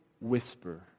whisper